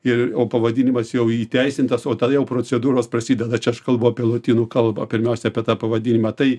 ir o pavadinimas jau įteisintas o tada jau procedūros prasideda čia aš kalbu apie lotynų kalbą pirmiausia apie tą pavadinimą tai